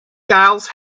giles